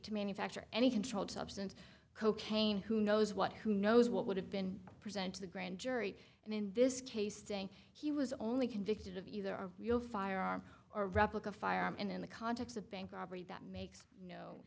to manufacture any controlled substance cocaine who knows what who knows what would have been present to the grand jury and in this case saying he was only convicted of either a real firearm or replica firearm in the context of a bank robbery that makes no